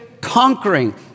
conquering